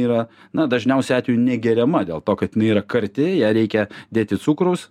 yra na dažniausiu atveju negeriama dėl to kad jinai yra karti į ją reikia dėti cukraus